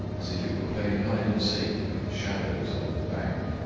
as if it were playing hide and seek with the shadows along the bank.